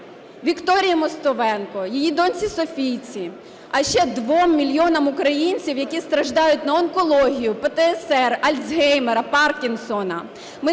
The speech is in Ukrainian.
Вікторії Мостовенко, її донці Софійці, а ще 2 мільйонам українців, які страждають на онкологію, ПТСР, Альцгеймера, Паркінсона,